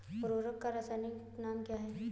उर्वरक का रासायनिक नाम क्या है?